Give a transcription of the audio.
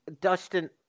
Dustin